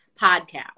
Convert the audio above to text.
Podcast